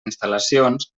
instal·lacions